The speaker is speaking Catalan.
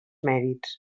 mèrits